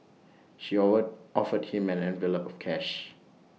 she or offered him an envelope of cash